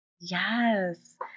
Yes